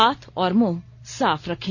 हाथ और मुंह साफ रखें